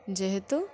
যেহেতু